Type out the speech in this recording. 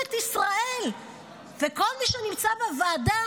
שממשלת ישראל וכל מי שנמצא בוועדה